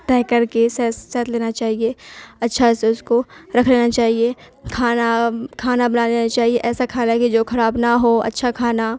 تہہ کر کے سیٹ سیٹ لینا چاہیے اچھا سے اس کو رکھ لینا چاہیے کھانا کھانا بنا لینا چاہیے ایسا کھانا کہ جو خراب نہ ہو اچھا کھانا